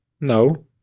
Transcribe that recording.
no